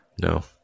No